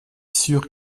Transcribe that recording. sûr